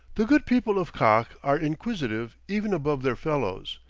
the good people of kakh are inquisitive even above their fellows,